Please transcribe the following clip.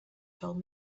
told